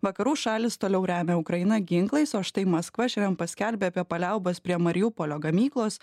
vakarų šalys toliau remia ukrainą ginklais o štai maskva šiandien paskelbė apie paliaubas prie mariupolio gamyklos